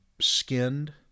skinned